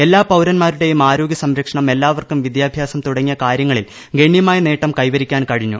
എല്ലാ പൌരന്മാരുടെയും ആരോഗ്യ സംരക്ഷണം എല്ലാവർക്കും വിദ്യാഭ്യാസം തുടങ്ങിയ കാര്യങ്ങളിൽ ഗണ്യമായ നേട്ടം കൈവരിക്കാൻ കഴിഞ്ഞു